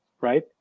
Right